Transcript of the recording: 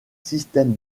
système